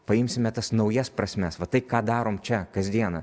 paimsime tas naujas prasmes va tai ką darom čia kasdieną